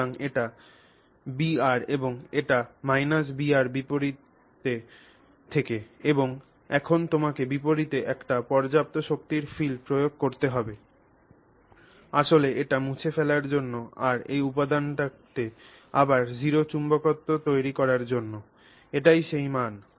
সুতরাং এটি Br এবং এটি Br বিপরীত দিক থেকে এবং এখন তোমাকে বিপরীতে একটি পর্যাপ্ত শক্তির ফিল্ড প্রয়োগ করতে হবে আসলে এটি মুছে ফেলার জন্য আর এই উপাদানটিতে আবার জিরো চুম্বকত্ব তৈরি করার জন্য এটিই সেই মান